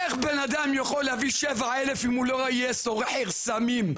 איך בן אדם יכול להביא 7,000 ש"ח אם הוא לא יהיה סוחר סמים,